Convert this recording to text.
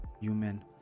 human